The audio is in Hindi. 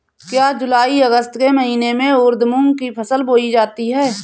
क्या जूलाई अगस्त के महीने में उर्द मूंग की फसल बोई जाती है?